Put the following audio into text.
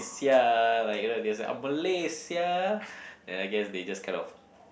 sia like you know there's oh Malay sia then I guess they just kind of